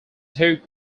took